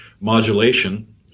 Modulation